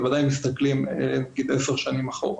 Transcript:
בוודאי אם מסתכלים עשר שנים אחורה.